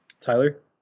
Tyler